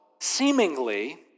seemingly